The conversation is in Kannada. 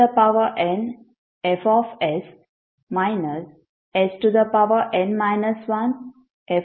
s0fn 10 ಆಗಿ ಬರೆಯಬಹುದು